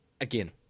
Again